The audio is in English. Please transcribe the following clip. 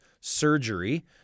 surgery